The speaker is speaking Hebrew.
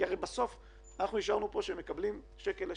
כי הרי בסוף אנחנו אישרנו שהם מקבלים שקל לשקל.